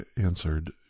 answered